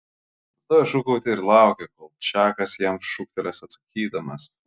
nustojo šūkauti ir laukė kol čakas jam šūktels atsakydamas